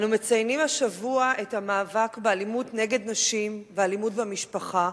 אנו מציינים השבוע את המאבק באלימות נגד נשים ואלימות במשפחה.